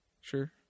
Sure